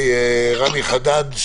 רמי חדד.